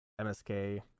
MSK